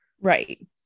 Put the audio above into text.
Right